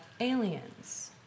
aliens